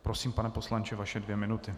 Prosím, pane poslanče, vaše dvě minuty.